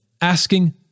asking